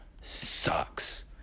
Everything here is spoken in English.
sucks